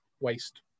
waste